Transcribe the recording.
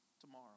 tomorrow